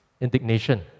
indignation